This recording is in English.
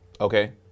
Okay